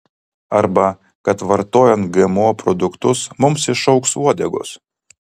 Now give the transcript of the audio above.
arba kad vartojant gmo produktus mums išaugs uodegos